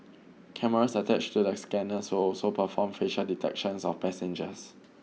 cameras attached to the scanners would also perform facial detections of passengers